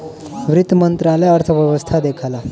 वित्त मंत्रालय अर्थव्यवस्था देखला